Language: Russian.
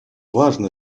важно